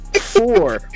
four